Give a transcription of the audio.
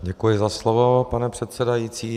Děkuji za slovo, pane předsedající.